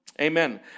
amen